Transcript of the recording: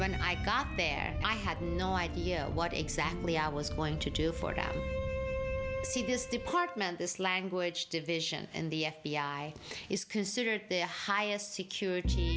when i got bad i had no idea what exactly i was going to do for that c b s department this language division and the f b i is considered at the highest security